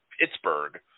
Pittsburgh